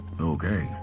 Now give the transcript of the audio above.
Okay